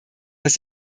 dass